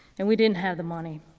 and we didn't have the money.